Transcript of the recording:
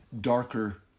darker